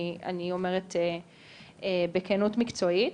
אני אומרת בכנות מקצועית.